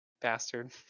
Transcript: Bastard